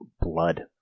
blood